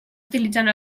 utilitzant